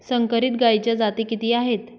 संकरित गायीच्या जाती किती आहेत?